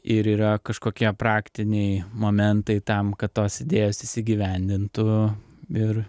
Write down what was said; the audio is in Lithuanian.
ir yra kažkokie praktiniai momentai tam kad tos idėjos įsigyvendintų ir